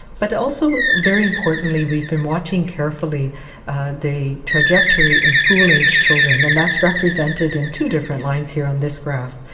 but also, very importantly, we've been watching carefully the trajectory in school aged children and that's represented in two different lines here on this graph.